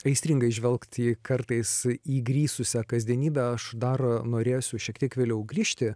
aistringai žvelgt į kartais įgrisusią kasdienybę aš dar norėsiu šiek tiek vėliau grįžti